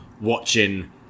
watching